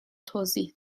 توضیح